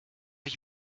ich